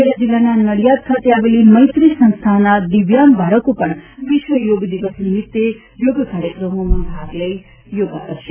ખેડા જિલ્લાના નડિયાદ ખાતે આવેલી મૈત્રી સંસ્થાના દિવ્યાંગ બાળકો પણ વિશ્વ યોગ દિવસ નિમિત્તે યોગ કાર્યક્રમમાં ભાગ લઈ યોગા કરશે